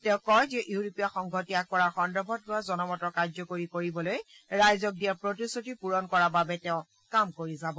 তেওঁ কয় যে ইউৰোপীয় সংঘ ত্যাগ কৰাৰ সন্দৰ্ভত লোৱা জনমতৰ কাৰ্যকৰী কৰিবলৈ ৰাইজক দিয়া প্ৰতিশ্ৰুতি পূৰণ কৰাৰ বাবে তেওঁ কাম কৰি যাব